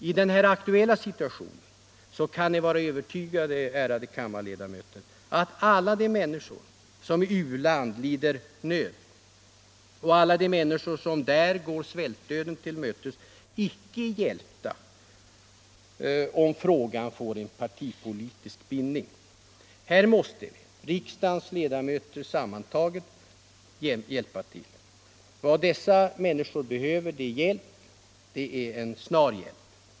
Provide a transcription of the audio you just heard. I den aktuella situationen kan ni vara övertygade, ärade kammarledamöter, att de människor som i u-land lider nöd och de människor som där går svältdöden till mötes icke är hjälpta om frågan får en partipolitisk bindning. Här måste riksdagens ledamöter samfällt hjälpa till. Vad dessa människor behöver är hjälp — snar hjälp.